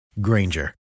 Granger